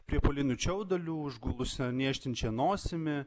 priepuoliniu čiauduliu užgulusia niežtinčia nosimi